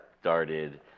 started